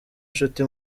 nshuti